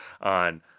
on